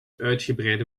uitgebreide